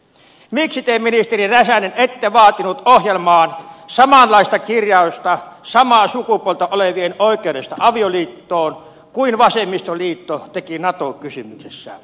miksi te ministeri räsänen ette vaatinut ohjelmaan samanlaista kirjausta samaa sukupuolta olevien oikeudesta avioliittoon kuin vasemmistoliitto teki nato kysymyksessä